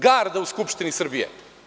Garda u Skupštini Srbije.